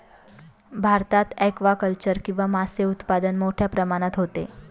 भारतात ॲक्वाकल्चर किंवा मासे उत्पादन मोठ्या प्रमाणात होते